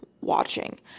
watching